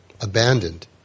abandoned